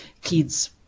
kids